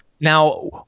Now